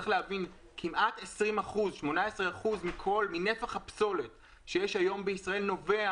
צריך להבין שכ-18% מנפח הפסולת שיש היום בישראל נובע